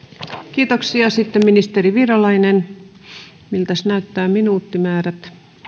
kiitoksia sitten ministeri virolainen miltäs näyttävät minuuttimäärät